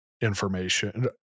information